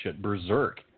berserk